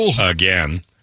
again